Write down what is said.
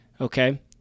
Okay